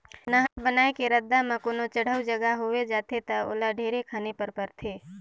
नहर बनाए के रद्दा म कोनो चड़हउ जघा होवे जाथे ता ओला ढेरे खने पर परथे